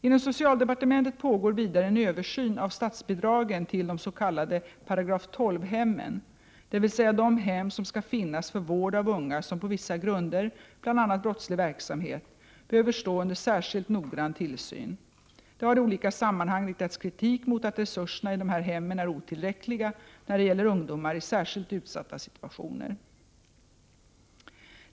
Inom socialdepartementet pågår vidare en översyn av statsbidragen till de s.k. § 12-hemmen, dvs. de hem som skall finnas för vård av unga som på vissa grunder, bl.a. brottslig verksamhet, behöver stå under särskilt noggrann tillsyn. Det har i olika sammanhang riktats kritik mot att resurserna till dessa hem är otillräckliga när det gäller ungdomar i särskilt utsatta situationer.